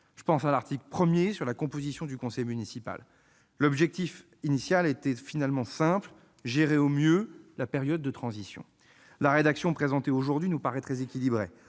Je pense à l'article 1 sur la composition du conseil municipal. L'objectif initial était finalement simple : gérer au mieux la période de transition. La rédaction présentée aujourd'hui nous paraît très équilibrée.